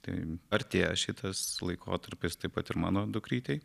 tai artėja šitas laikotarpis taip pat ir mano dukrytei